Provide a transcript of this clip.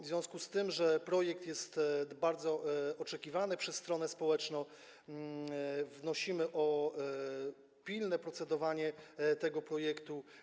W związku z tym, że projekt jest bardzo oczekiwany przez stronę społeczną, wnosimy o pilne procedowanie nad nim.